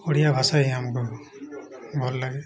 ଓଡ଼ିଆ ଭାଷା ହିଁ ଆମକୁ ଭଲ୍ ଲାଗେ